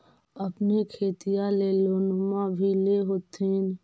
अपने खेतिया ले लोनमा भी ले होत्थिन?